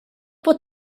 pot